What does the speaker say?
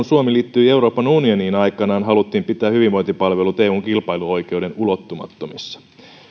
suomi liittyi euroopan unioniin aikanaan haluttiin pitää hyvinvointipalvelut eun kilpailuoikeuden ulottumattomissa